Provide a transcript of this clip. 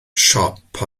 siop